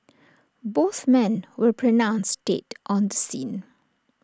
both men were pronounced dead on the scene